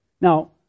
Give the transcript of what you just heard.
Now